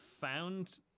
found